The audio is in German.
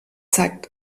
zeigt